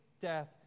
death